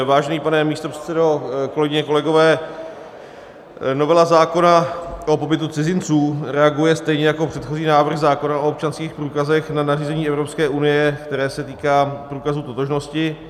Vážený pane místopředsedo, kolegyně, kolegové, novela zákona o pobytu cizinců reaguje stejně jako předchozí návrh zákona o občanských průkazech na nařízení Evropské unie, které se týká průkazů totožnosti.